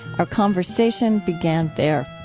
our conversation began there